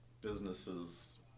businesses